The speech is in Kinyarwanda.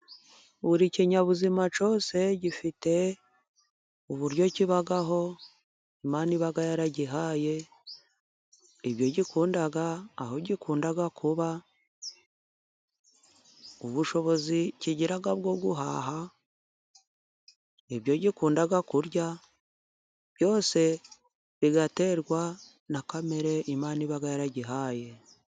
Buri kinyabuzima cyose gifite uburyo kibaho, Imana iba yaragihaye, ibyo gikunda, aho gikunda kuba, ubushobozi kigira bwo guhaha, ibyo gikunda kurya. Byose bigaterwa na kamere Imana iba yaragihaye.